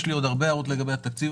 יש לי עוד הרבה הערות לגבי התקציב,